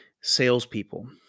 salespeople